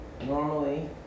Normally